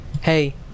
hey